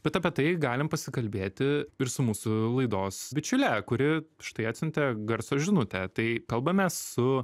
bet apie tai galim pasikalbėti ir su mūsų laidos bičiule kuri štai atsiuntė garso žinutę tai kalbamės su